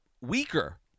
weaker